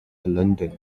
landen